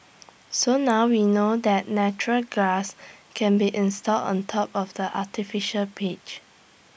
so now we know that natural grass can be installed on top of the artificial pitch